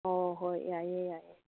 ꯑꯣ ꯍꯣꯏ ꯌꯥꯏꯌꯦ ꯌꯥꯏꯌꯦ